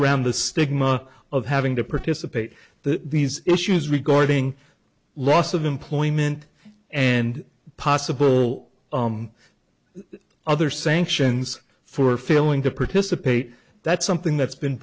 around the stigma of having to participate the these issues regarding loss of employment and possible other sanctions for failing to participate that's something that's been